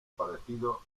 parecido